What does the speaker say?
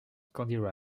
candy